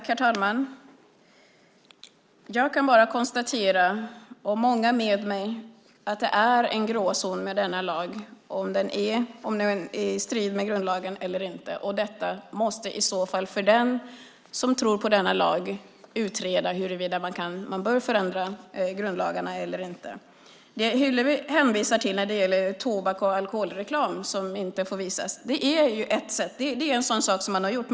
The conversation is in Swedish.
Herr talman! Jag och många med mig kan bara konstatera att det är en gråzon med denna lag om den är i strid med grundlagen eller inte. Den som tror på denna lag måste i så fall utreda huruvida man bör förändra grundlagarna eller inte. Det Hillevi hänvisar till är tobaks och alkoholreklam som inte får visas. Det är en sådan sak som man har gjort.